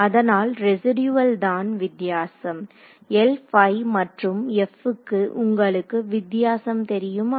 அதனால் ரெஸிடியுவள் தான் வித்தியாசம் Lϕ மற்றும் f க்கு உங்களுக்கு வித்தியாசம் தெரியுமா